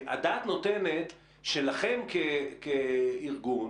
הדעת נותנת שלכם כארגון,